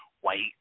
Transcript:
white